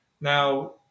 Now